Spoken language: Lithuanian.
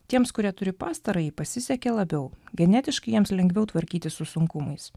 tiems kurie turi pastarąjį pasisekė labiau genetiškai jiems lengviau tvarkytis su sunkumais